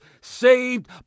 saved